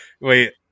Wait